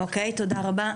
אוקיי, תודה רבה.